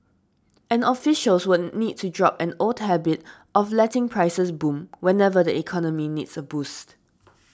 and officials would need to drop an old habit of letting prices boom whenever the economy needs a boost